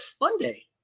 Monday